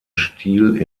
stil